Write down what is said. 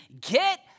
get